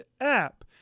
app